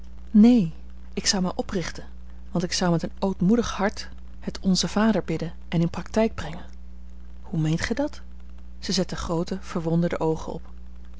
neen ik zou mij oprichten want ik zou met een ootmoedig hart het onze vader bidden en in praktijk brengen hoe meent gij dat zij zette groote verwonderde oogen op